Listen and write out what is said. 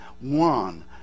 one